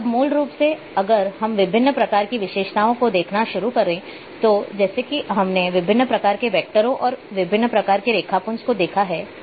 अब मूल रूप से अगर हम विभिन्न प्रकार की विशेषताओं को देखना शुरू करते हैं जैसे कि हमने विभिन्न प्रकार के वैक्टरों और विभिन्न प्रकार के रेखापुंज को देखा है